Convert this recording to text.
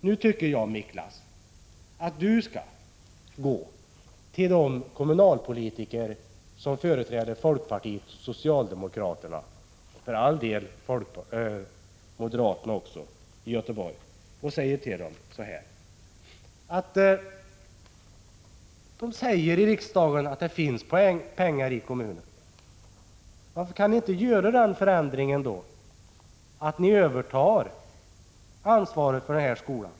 Nu tycker jag, Miklas, att du skall gå till de kommunalpolitiker som företräder folkpartiet och socialdemokraterna — för all del också till dem som företräder moderaterna —i Göteborg och säga till dem: Man säger i riksdagen att det finns pengar i kommunen. Varför kan ni då inte göra den förändringen att ni övertar ansvaret för skolan?